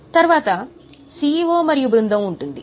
తర్వాత CEO మరియు బృందం ఉంది